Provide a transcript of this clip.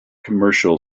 commercial